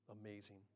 amazing